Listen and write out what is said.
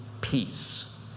peace